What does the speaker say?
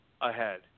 ahead